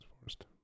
forced